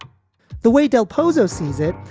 the way del pozo sees it,